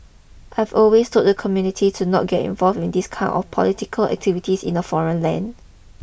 I've always told the community to not get involved in these kind of political activities in a foreign land